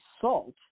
salt